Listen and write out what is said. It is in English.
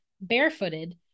barefooted